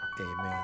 amen